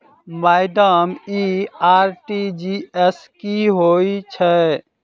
Madam इ RTGS की होइ छैय?